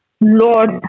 Lord